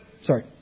Sorry